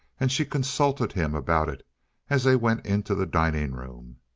and she consulted him about it as they went into the dining room.